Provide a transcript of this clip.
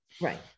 Right